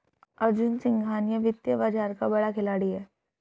अर्जुन सिंघानिया वित्तीय बाजार का बड़ा खिलाड़ी है